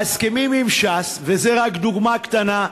בהסכמים עם ש"ס, וזו רק דוגמה קטנה,